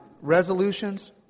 Resolutions